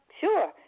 Sure